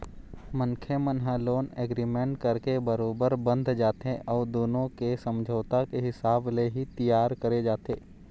मनखे मन ह लोन एग्रीमेंट करके बरोबर बंध जाथे अउ दुनो के समझौता के हिसाब ले ही तियार करे जाथे